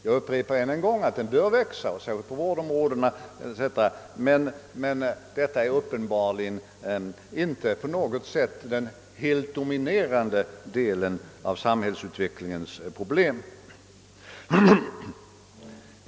Jag upprepar än en gång att denna sektor bör växa, särskilt på t.ex. vårdområdet, men den offentliga sektorns växande andel är uppenbarligen inte en helt dominerande del av problemen inom samhällsutvecklingen.